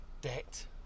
debt